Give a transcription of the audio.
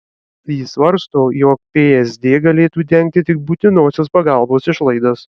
ji svarsto jog psd galėtų dengti tik būtinosios pagalbos išlaidas